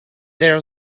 there